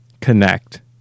connect